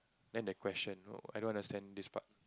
then the question I don't understand this part